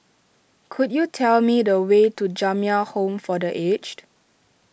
could you tell me the way to Jamiyah Home for the Aged